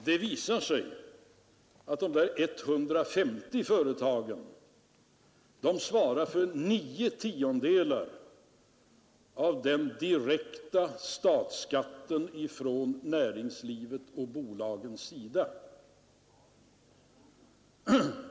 Det visar sig att de där 150 företagen svarar för nio tiondelar av den direkta statsskatten från näringslivets och bolagens sida.